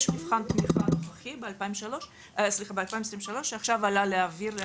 יש מבחן תמיכה נוכחי ב-2023 שעלה עכשיו לאוויר.